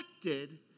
affected